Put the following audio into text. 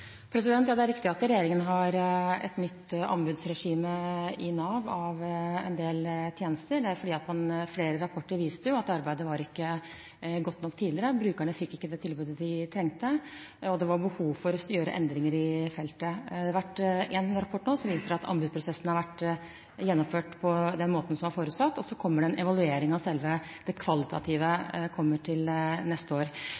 Ja, det er riktig at regjeringen har et nytt anbudsregime i Nav for en del tjenester. Det er fordi flere rapporter viste at arbeidet ikke var godt nok tidligere, brukerne fikk ikke det tilbudet de trengte, og det var behov for å gjøre endringer på feltet. Det har vært én rapport nå som viser at anbudsprosessene har vært gjennomført på den måten som var forutsatt, og så kommer det en evaluering av selve det kvalitative til neste år.